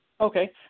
Okay